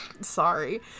sorry